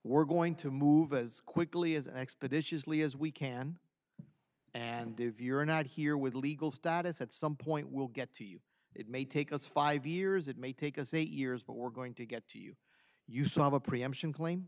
we're going to move as quickly as expeditiously as we can and if you're not here with legal status at some point we'll get to you it may take us five years it may take us eight years but we're going to get to you you saw a preemption claim